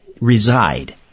reside